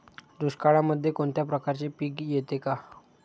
दुष्काळामध्ये कोणत्या प्रकारचे पीक येते का?